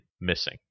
missing